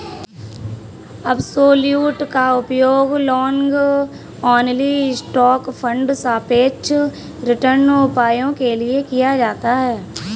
absolute का उपयोग long only stock fund सापेक्ष रिटर्न उपायों के लिए किया जाता है